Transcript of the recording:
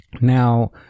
Now